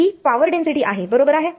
ही power density आहे बरोबर आहे